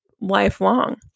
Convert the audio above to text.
lifelong